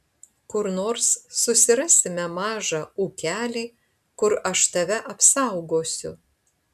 kur nors susirasime mažą ūkelį kur aš tave apsaugosiu